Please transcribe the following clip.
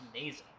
amazing